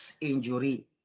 injury